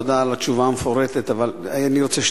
תודה על התשובה המפורטת אבל אני רוצה,